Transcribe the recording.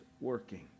working